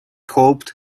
hoped